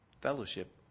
Fellowship